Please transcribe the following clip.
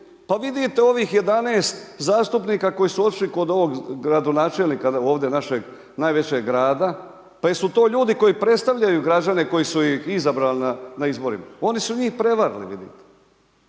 Pa vidite ovih 11 zastupnika koji su otišli kod ovog gradonačelnika ovdje našeg najveće grada, pa jesu li to ljudi koji predstavljaju građane koji su ih izabrali na izborima? Oni su njih prevarili vidite.